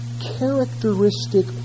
characteristic